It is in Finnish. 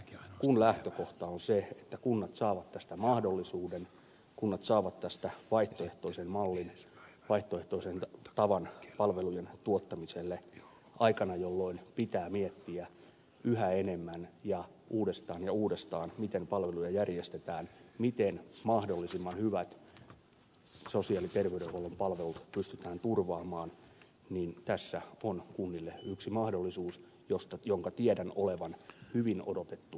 kun lähtökohta on se että kunnat saavat tästä mahdollisuuden kunnat saavat tästä vaihtoehtoisen mallin vaihtoehtoisen tavan palvelujen tuottamiselle aikana jolloin pitää miettiä yhä enemmän ja uudestaan ja uudestaan miten palveluja järjestetään miten mahdollisimman hyvät sosiaali ja terveydenhuollon palvelut pystytään turvaamaan niin tässä on kunnille yksi mahdollisuus jonka tiedän olevan hyvin odotettu kuntakentässä